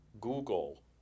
Google